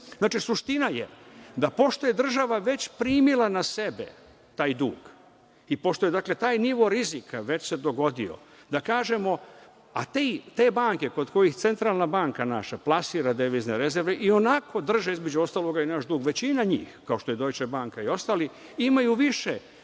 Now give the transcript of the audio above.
cifre. Suština je da pošto je država već primila na sebe taj dug i pošto se taj nivo rizika već dogodio, da kažemo da te banke kod kojih centralna banka naša plasira devizne rezerve i onako drže, između ostalog, i naš dug, većina njih, kao što je „Dojče banka“ i ostali, imaju više